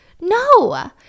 No